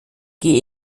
gehe